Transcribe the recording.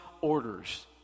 orders